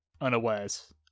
unawares